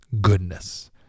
goodness